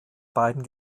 beiden